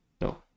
No